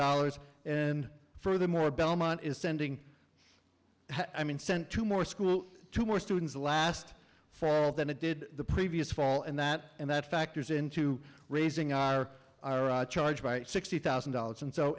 dollars and for the more belmont is sending i mean sent two more schools to more students last fall than it did the previous fall and that and that factors into raising our charge by sixty thousand dollars and so